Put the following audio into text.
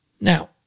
Now